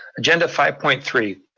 agenda five point three,